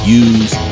use